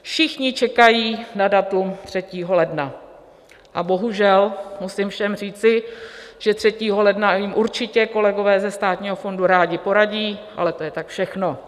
Všichni čekají na datum 3. ledna, a bohužel, musím všem říci, že 3. ledna jim určitě kolegové ze Státního fondu rádi poradí, ale to je tak všechno.